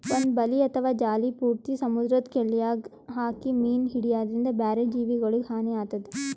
ಒಂದ್ ಬಲಿ ಅಥವಾ ಜಾಲಿ ಪೂರ್ತಿ ಸಮುದ್ರದ್ ಕೆಲ್ಯಾಗ್ ಹಾಕಿ ಮೀನ್ ಹಿಡ್ಯದ್ರಿನ್ದ ಬ್ಯಾರೆ ಜೀವಿಗೊಲಿಗ್ ಹಾನಿ ಆತದ್